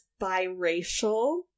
biracial